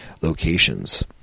Locations